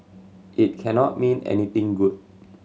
it cannot mean anything good